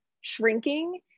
shrinking